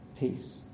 Peace